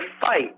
fight